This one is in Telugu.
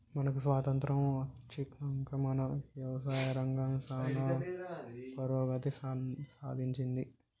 మనకు స్వాతంత్య్రం అచ్చినంక మన యవసాయ రంగం సానా పురోగతి సాధించింది